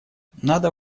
надо